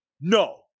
No